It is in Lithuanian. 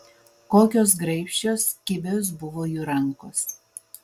kokios graibščios kibios buvo jų rankos